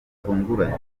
rutunguranye